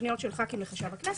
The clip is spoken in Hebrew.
היו פניות של ח"כים לחשב הכנסת.